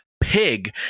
pig